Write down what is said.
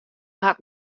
hat